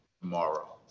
tomorrow